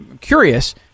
curious